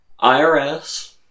IRS